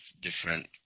different